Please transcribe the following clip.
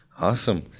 awesome